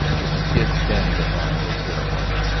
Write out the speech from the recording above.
but the kid, standing upon no ceremony,